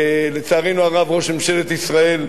לצערנו הרב, ראש ממשלת ישראל,